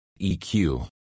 EQ